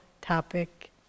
topic